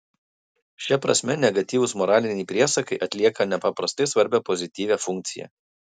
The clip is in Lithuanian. šia prasme negatyvūs moraliniai priesakai atlieka nepaprastai svarbią pozityvią funkciją